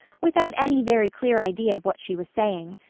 without any very clear idea of what she was saying.